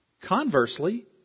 Conversely